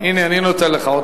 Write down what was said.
הנה, אני נותן לך עוד דקה.